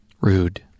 Rude